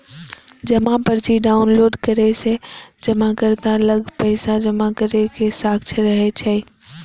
जमा पर्ची डॉउनलोड करै सं जमाकर्ता लग पैसा जमा करै के साक्ष्य रहै छै